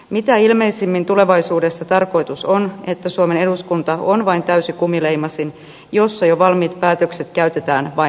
mitä ilmeisimmin tulevaisuudessa tarkoitus on että suomen eduskunta on vain täysi kumileimasin jossa jo valmiit päätökset käytetään vain näytillä